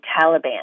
Taliban